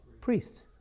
Priests